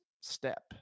step